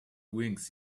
wings